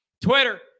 Twitter